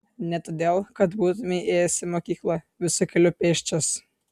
ne todėl kad būtumei ėjęs į mokyklą visu keliu pėsčias